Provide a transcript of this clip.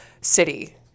City